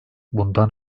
bundan